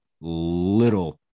little